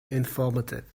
informative